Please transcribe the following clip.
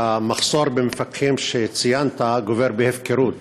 המחסור במפקחים שציינת גובל בהפקרות.